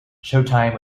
showtime